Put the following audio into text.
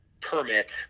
permit